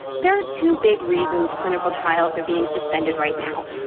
there are two big reasons clinical trials are being suspended right now.